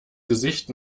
gesicht